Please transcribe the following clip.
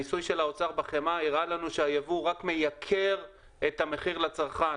הניסוי של האוצר בחמאה הראה לנו שהייבוא רק מייקר את המחיר לצרכן.